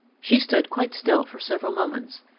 she stood quite still for several moments.